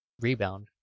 rebound